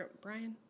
Brian